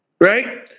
Right